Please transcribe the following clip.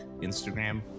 Instagram